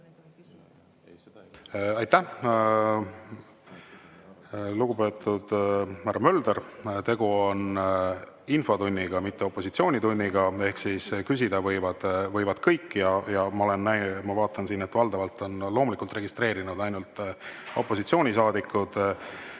Aitäh! Lugupeetud härra Mölder, tegu on infotunniga, mitte opositsioonitunniga ehk küsida võivad kõik. Ja ma vaatan siin, et valdavalt on loomulikult registreerunud ainult opositsioonisaadikud.